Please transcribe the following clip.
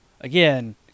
again